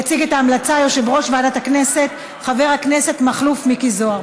יציג את ההמלצה יושב-ראש ועדת הכנסת חבר הכנסת מכלוף מיקי זוהר.